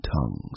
tongues